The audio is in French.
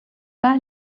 pas